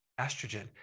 estrogen